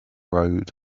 road